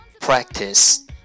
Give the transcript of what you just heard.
practice